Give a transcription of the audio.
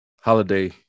Holiday